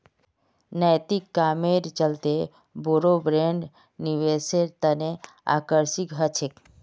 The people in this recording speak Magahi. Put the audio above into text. नैतिक कामेर चलते बोरो ब्रैंड निवेशेर तने आकर्षित ह छेक